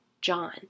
John